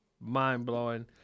mind-blowing